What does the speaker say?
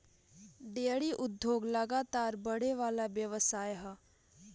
dairy उद्योग लगातार बड़ेवाला व्यवसाय ह